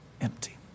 empty